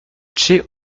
che